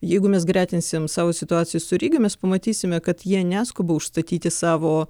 jeigu mes gretinsim savo situaciją su ryga mes pamatysime kad jie neskuba užstatyti savo